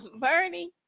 Bernie